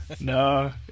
No